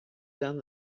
done